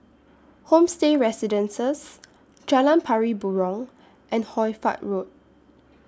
Homestay Residences Jalan Pari Burong and Hoy Fatt Road